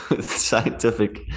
scientific